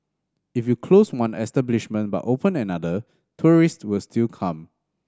if you close one establishment but open another tourist will still come